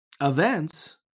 events